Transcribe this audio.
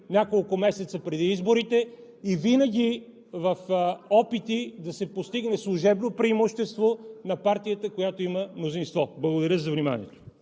няколко месеца преди изборите, и винаги в опити да се постигне служебно преимущество на партията, която има мнозинство. Благодаря за вниманието.